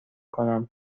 کنم